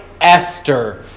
Esther